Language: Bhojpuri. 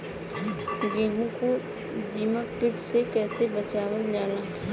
गेहूँ को दिमक किट से कइसे बचावल जाला?